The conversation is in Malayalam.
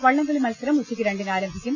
വള്ളംകളി മത്സരം ഉച്ചയ്ക്ക് രണ്ടിന് ആരംഭിക്കും